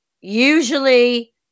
usually